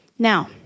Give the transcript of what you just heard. Now